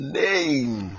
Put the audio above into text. name